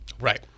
right